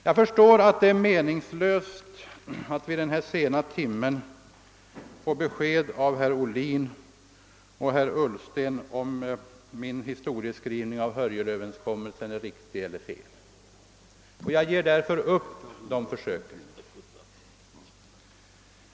Jag förstår att det är meningslöst att vid denna sena timme få ett besked av herrar Ohlin och Ullsten om huruvida min historieskrivning om Hörjelöverenskommelsen är riktig eller felaktig. Jag ger därför upp detta försök.